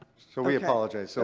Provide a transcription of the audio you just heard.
so we apologize. so